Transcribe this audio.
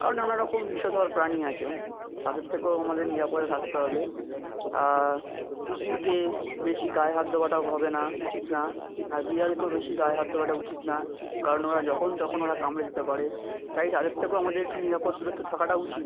আরো নানা রকম বিষধর প্রাণী আছে তাদের থেকেও আমাদের নিরাপদে থাকতে হবে কুকুরকে বেশি গায়ে হাত দেওয়াটা হবে না উচিত না আর বিড়ালকেও বেশি গায়ে হাত দেওয়াটা উচিত না কারণ ওরা যখন তখন ওরা কামড়ে দিতে পারে তাই তাদের থেকেও আমাদের একটু নিরাপদ দূরত্বে থাকাটা উচিত